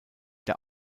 der